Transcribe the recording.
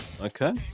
Okay